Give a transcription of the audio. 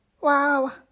wow